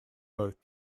both